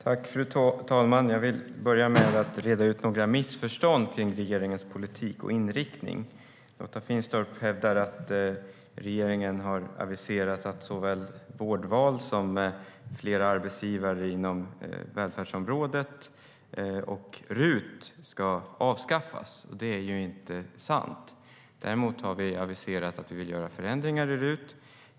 Fru talman! Jag vill börja med att reda ut några missförstånd om inriktningen på regeringens politik. Lotta Finstorp hävdar att regeringen har aviserat att såväl vårdval som flera arbetsgivare inom välfärdsområdet och RUT ska avskaffas. Det är inte sant. Däremot har vi aviserat att vi vill göra förändringar i RUT.